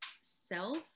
self